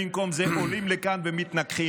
במקום זה הם עולים לכאן ומתנגחים.